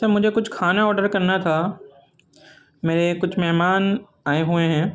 سر مجھے کچھ کھانا آڈر کرنا تھا میرے کچھ مہمان آئے ہوئے ہیں